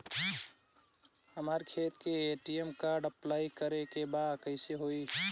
हमार खाता के ए.टी.एम कार्ड अप्लाई करे के बा कैसे होई?